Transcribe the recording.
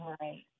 Right